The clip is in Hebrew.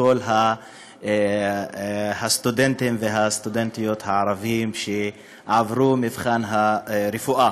לכל הסטודנטים והסטודנטיות הערבים שעברו את מבחן הרפואה: